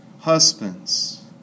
husbands